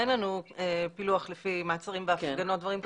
אין לנו פילוח לפי מעצרים בהפגנות ודברים כאלה,